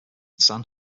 san